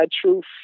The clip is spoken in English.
Truth